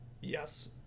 yes